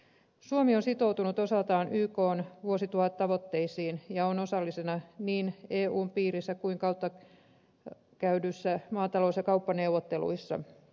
suomi on sitoutunut osaltaan ykn vuosituhattavoitteisiin ja on osallisena eun piirissä käydyissä maatalous ja kauppaneuvotteluissa